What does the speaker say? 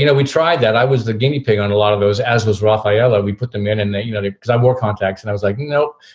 you know we tried that. i was the guinea pig on a lot of those, as was raphaela. we put them in and you know because i wore contacts and i was like, nope,